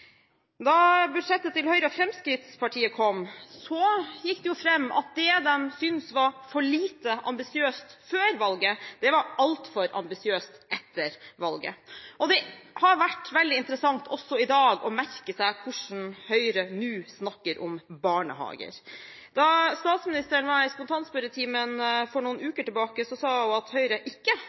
Da budsjettet til Høyre og Fremskrittspartiet kom, gikk det fram at det som de syntes var for lite ambisiøst før valget, var altfor ambisiøst etter valget. Det har vært veldig interessant, også i dag, å merke seg hvordan Høyre nå snakker om barnehager. Da statsministeren var i spontanspørretimen for noen uker siden, sa hun at Høyre ikke hadde lovet to årlige opptak. Det er